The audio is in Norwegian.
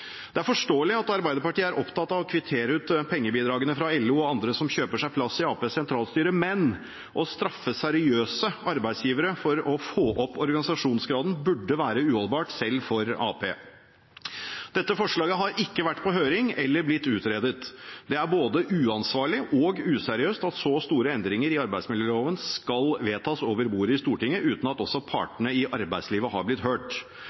Det er forståelig at Arbeiderpartiet er opptatt av å kvittere ut pengebidragene fra LO og andre som kjøper seg plass i Arbeiderpartiets sentralstyre, men å straffe seriøse arbeidsgivere for å få opp organisasjonsgraden burde være uholdbart, selv for Arbeiderpartiet. Dette forslaget har ikke vært på høring eller blitt utredet. Det er både uansvarlig og useriøst at så store endringer i arbeidsmiljøloven skal vedtas over bordet i Stortinget uten at også partene i arbeidslivet har blitt hørt.